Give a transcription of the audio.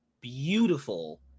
beautiful